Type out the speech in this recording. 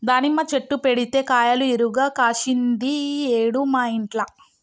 దానిమ్మ చెట్టు పెడితే కాయలు ఇరుగ కాశింది ఈ ఏడు మా ఇంట్ల